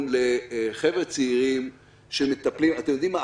לחבר'ה צעירים שמטפלים אתם יודעים מה?